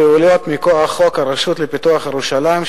הפועלת מכוח חוק הרשות לפיתוח ירושלים,